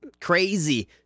crazy